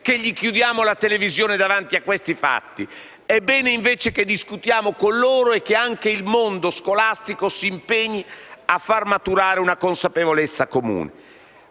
spegnere loro la televisione davanti a questi fatti. È bene, invece, discutere con loro, e che anche il mondo scolastico si impegni a far maturare una consapevolezza comune.